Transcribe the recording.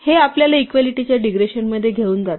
हे आपल्याला इक्वालिटीच्या डिग्रेशन मध्ये घेऊन जाते